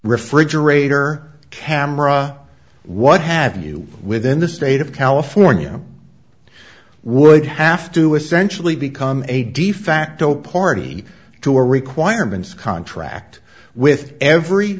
refrigerator camera what have you within the state of california would have to essentially become a de facto party to a requirements contract with every